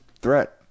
threat